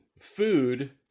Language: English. food